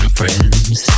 friends